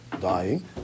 dying